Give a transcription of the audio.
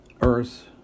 earth